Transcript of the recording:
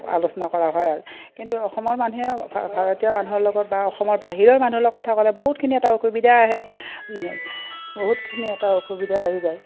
আলোচনা কৰা হয় আৰু কিন্তু অসমৰ মানুহে ভা ভাৰতীয় মানুহৰ লগত বা অসমৰ বাহিৰৰ মানুহৰ লগ কথা ক'লে বহুতখিনি এটা অসুবিধা আহে বহুতখিনি এটা অসুবিধা আহি যায়